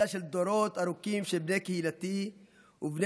אלא של דורות ארוכים של בני קהילתי ובני